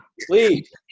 please